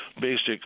basic